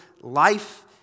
life